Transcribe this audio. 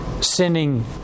sending